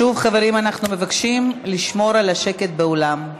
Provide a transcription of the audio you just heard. שוב, חברים, אנחנו מבקשים לשמור על השקט באולם.